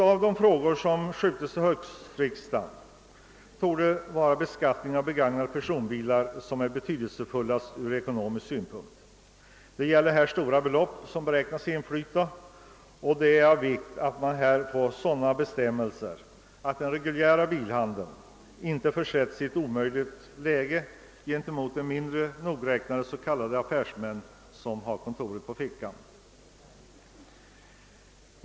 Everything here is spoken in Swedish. Av de frågor som uppskjuts till höstriksdagen torde beskattningen av begagnade personbilar vara mest betydelsefull från ekonomisk synpunkt. Det gäller här stora belopp, och det är av vikt att man får sådana bestämmelser, att den reguljära bilhandeln inte försätts i ett omöjligt läge gentemot mindre nogräknade s.k. affärsmän som har kontoret på fickan.